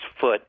foot